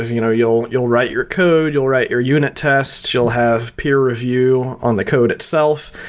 ah you know you'll you'll write your code, you'll write your unit test, you'll have peer review on the code itself,